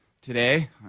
today